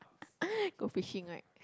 go fishing right